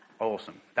Awesome